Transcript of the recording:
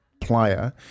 player